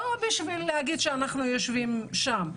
לא בשביל להגיד שאנחנו יושבים שם,